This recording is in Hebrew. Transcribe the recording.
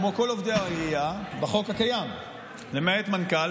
כמו כל עובדי העירייה בחוק הקיים למעט מנכ"ל,